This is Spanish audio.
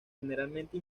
generalmente